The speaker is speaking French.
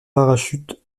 parachute